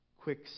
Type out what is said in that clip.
quick